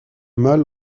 mâles